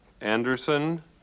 Anderson